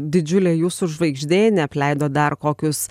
didžiulė jūsų žvaigždė neapleido dar kokius